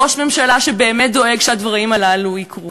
ראש ממשלה שבאמת דואג שהדברים הללו יקרו.